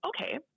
okay